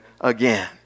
again